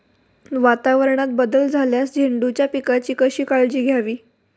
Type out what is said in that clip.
वातावरणात बदल झाल्यास झेंडूच्या पिकाची कशी काळजी घ्यावी?